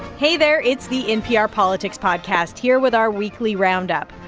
hey there, it's the npr politics podcast, here with our weekly roundup.